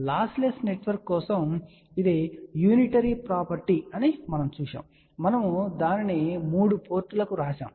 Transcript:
lossless network కోసం ఇది unitary property అని మనము చూశాము మరియు మనము దానిని 3 పోర్టులకు వ్రాసాము